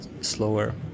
slower